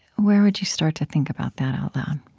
where would you start to think about that out loud?